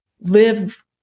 live